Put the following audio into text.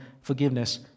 forgiveness